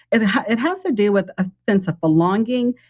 and it has to do with a sense of belonging.